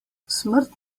smrt